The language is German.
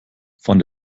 von